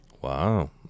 Wow